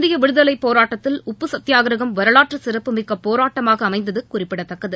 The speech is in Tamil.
இந்திய விடுதலைப்போராட்டத்தில் உப்பு சத்தியக்கிரகம் வரலாற்றுச் சிறப்புமிக்க போராட்டமாக அமைந்தது குறிப்பிடத்தக்கது